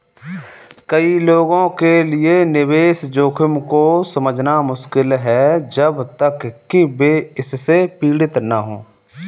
कई लोगों के लिए निवेश जोखिम को समझना मुश्किल है जब तक कि वे इससे पीड़ित न हों